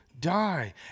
die